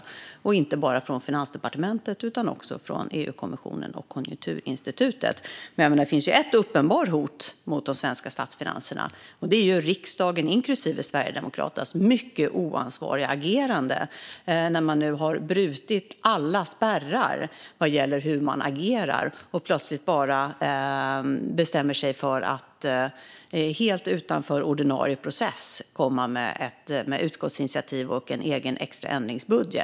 Det gäller inte bara en bedömning av Finansdepartementet utan även av EU-kommissionen och Konjunkturinstitutet. Det finns emellertid ett uppenbart hot mot de svenska statsfinanserna, och det är riksdagens inklusive Sverigedemokraternas mycket oansvariga agerande när man nu har brutit alla spärrar för hur man agerar. Plötsligt har man bestämt sig för att helt utanför ordinarie process föreslå ett utskottsinitiativ och en egen extra ändringsbudget.